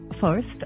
first